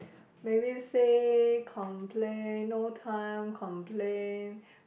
maybe say complain no time complain